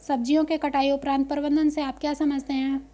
सब्जियों के कटाई उपरांत प्रबंधन से आप क्या समझते हैं?